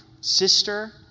sister